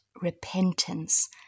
repentance